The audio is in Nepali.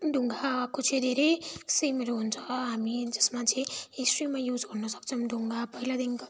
ढुङ्गाको चाहिँ धेरै सेमहरू हुन्छ हामी जसमा चाहिँ हिस्ट्रीमा युज गर्न सक्छौँ ढुङ्गा पहिलादेखिको